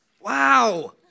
Wow